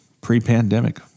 pre-pandemic